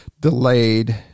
delayed